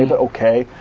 ah but okay.